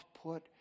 put